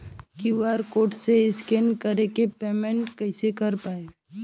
QR code से scan कर के पेमेंट कइसे कर पाएम?